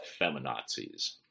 feminazis